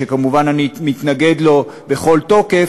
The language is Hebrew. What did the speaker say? שכמובן אני מתנגד לו בכל תוקף,